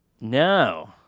No